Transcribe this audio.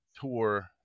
tour